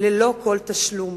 ללא כל תשלום,